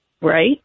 right